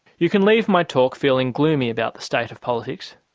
you can leave my talk feeling gloomy about the state of politics.